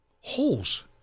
holes